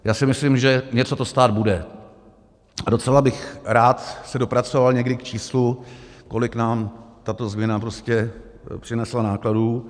Já si myslím, že něco to stát bude, a docela bych se rád někdy dopracoval k číslu, kolik nám tato změna přinesla nákladů.